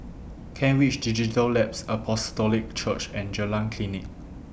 Kent Ridge Digital Labs Apostolic Church and Jalan Klinik